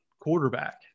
quarterback